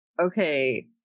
okay